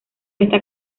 esta